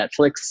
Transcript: Netflix